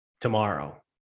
tomorrow